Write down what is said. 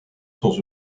sans